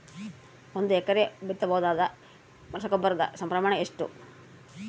ಒಂದು ಎಕರೆಗೆ ಬಿತ್ತಬಹುದಾದ ರಸಗೊಬ್ಬರದ ಪ್ರಮಾಣ ಎಷ್ಟು?